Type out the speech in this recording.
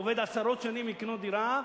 עובד עשרות שנים לקנות דירה,